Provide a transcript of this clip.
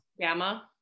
Gamma